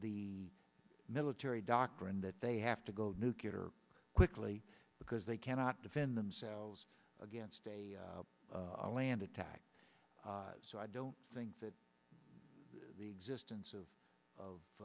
the military doctrine that they have to go nucular quickly because they cannot defend themselves against a land attack so i don't think that the existence of of